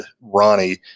Ronnie